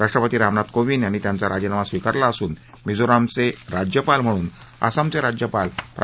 राष्ट्रपती रामनाथ कोविंद यानीं त्यांचा राजीनामा स्वीकारला असून मिझोरामचे राज्यपाल म्हणून आसामचे राज्यपाल प्रा